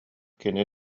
кини